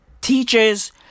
Teachers